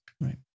Right